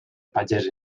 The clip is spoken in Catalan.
pagès